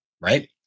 right